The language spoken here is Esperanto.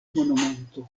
monumento